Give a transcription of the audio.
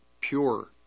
pure